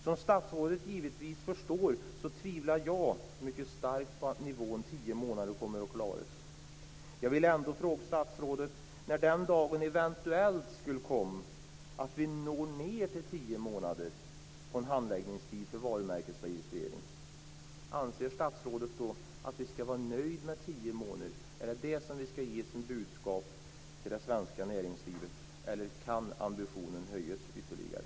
Som statsrådet givetvis förstår, tvivlar jag mycket starkt på att man kommer att klara en handläggningstid på tio månader. Jag vill ändå fråga statsrådet när den dagen eventuellt kommer då vi når ned till en handläggningstid på tio månader för varumärkesregistrering. Anser statsrådet att vi skall var nöjda med tio månader? Är det detta som vi skall ge som budskap till det svenska näringslivet, eller kan ambitionen höjas ytterligare?